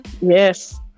Yes